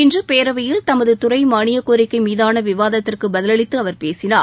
இன்று பேரவையில் தமது துறை மானியக் கோரிக்கை மீதான விவாதத்திற்கு பதிலளித்து அவர் பேசினார்